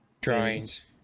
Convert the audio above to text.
drawings